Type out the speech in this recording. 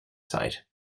site